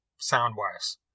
sound-wise